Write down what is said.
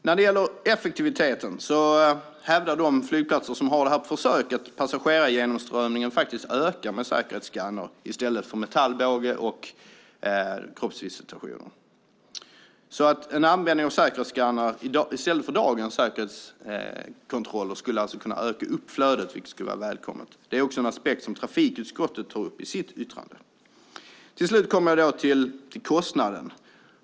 Vad gäller effektiviteten hävdar de flygplatser som har säkerhetsskanning på försök att passagerargenomströmningen ökar med säkerhetsskanner i stället för metallbåge och kroppsvisitation. En användning av säkerhetsskannrar i stället för dagens säkerhetskontroll skulle alltså öka flödet, vilket skulle vara välkommet. Det är en aspekt som trafikutskottet tar upp i sitt yttrande. Till slut kommer jag till kostnaden.